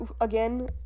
Again